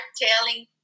telling